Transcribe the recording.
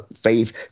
faith